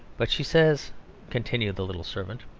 but she says continued the little servant,